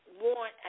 want